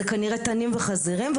זה כנראה תנים וחזירים,